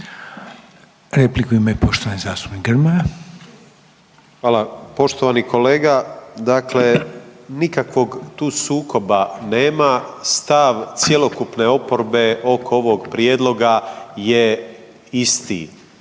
Repliku ima i poštovani zastupnik Grmoja. **Grmoja, Nikola (MOST)** Hvala. Poštovani kolega, dakle nikakvog tu sukoba nema, stav cjelokupne oporbe oko ovog prijedloga je isti.